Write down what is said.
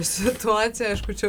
situacija aišku čia